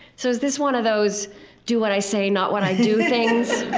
so is this one of those do what i say, not what i do' things?